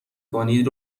کنید